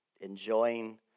enjoying